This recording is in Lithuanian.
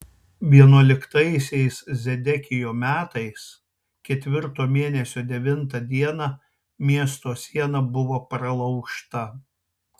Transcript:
vienuoliktaisiais zedekijo metais ketvirto mėnesio devintą dieną miesto siena buvo pralaužta